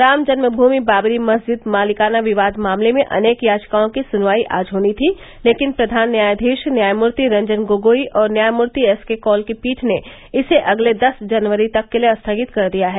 राम जन्म भूमि बाबरी मस्जिद मालिकाना विवाद मामले में अनेक याचिकाओं की सुनवाई आज होनी थी लेकिन प्रधान न्यायाधीश न्यायमूर्ति रंजन गोगोई और न्यायमूर्ति एसके कौल की पीठ ने इसे अगले दस जनवरी तक के लिए स्थगित कर दिया है